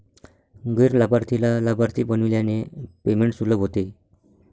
गैर लाभार्थीला लाभार्थी बनविल्याने पेमेंट सुलभ होते